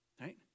right